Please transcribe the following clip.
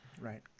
right